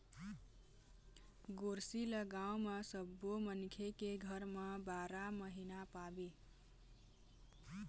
गोरसी ल गाँव म सब्बो मनखे के घर म बारा महिना पाबे